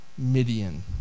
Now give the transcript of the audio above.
Midian